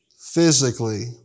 physically